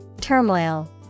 Turmoil